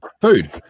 Food